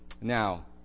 Now